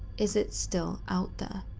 is it still out there?